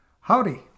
Howdy